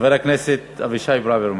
חבר הכנסת אבישי ברוורמן.